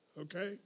okay